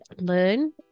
learn